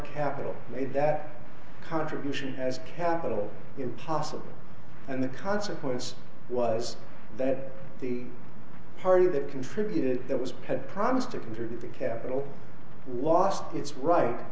capital that contribution has capital impossible and the consequence was that the party that contributed that was had promised to contribute the capital lost its right